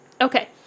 okay